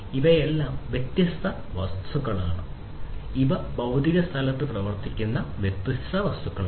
ഇവയെല്ലാം വ്യത്യസ്ത വസ്തുക്കളാണ് ഇവ ഭൌതിക സ്ഥലത്ത് പ്രവർത്തിക്കുന്ന വ്യത്യസ്ത വസ്തുക്കളാണ്